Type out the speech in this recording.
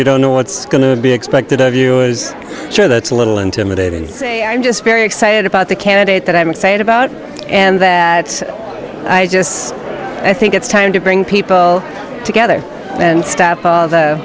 you don't know what's going to be expected of you is sure that's a little intimidating say i'm just very excited about the candidate that i'm excited about and that i just i think it's time to bring people together and st